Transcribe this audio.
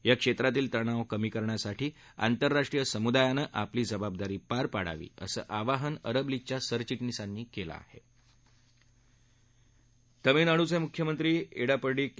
या क्षेत्रातील तणाव कमी करण्यासाठी आंतरराष्ट्रीय समुदायानं आपली जबाबदारी पार पाडावी असं आवाहन अरब लीगच्या सरचि तामिळनाडूचे मुख्यमंत्री येडापड्डी के